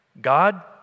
God